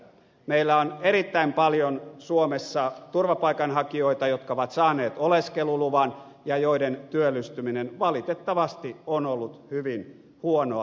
meillä on erittäin paljon suomessa turvapaikanhakijoita jotka ovat saaneet oleskeluluvan ja joiden työllistyminen valitettavasti on ollut hyvin huonoa